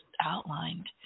outlined